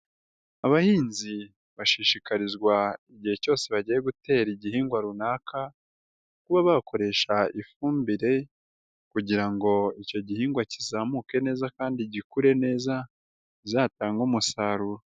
Abahinzi bashishikarizwa igihe cyose bagiye gutera igihingwa runaka ,kuba bakoresha ifumbire kugira ngo icyo gihingwa kizamuke neza kandi gikure neza kizatange umusaruro.